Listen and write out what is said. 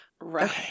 Right